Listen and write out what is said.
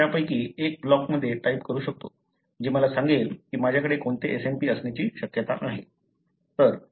मी त्यापैकी एक ब्लॉकमध्ये टाईप करू शकतो जे मला सांगेल की माझ्याकडे कोणते SNP असण्याची शक्यता आहे